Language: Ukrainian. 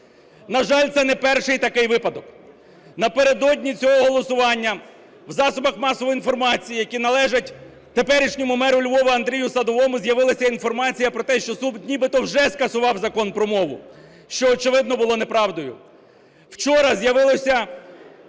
На жаль, це не перший такий випадок. Напередодні цього голосування в засобах масової інформації, які належать теперішньому меру Львова Андрію Садовому, з'явилася інформація про те, що суд нібито вже скасував Закон про мову, що, очевидно, було неправдою.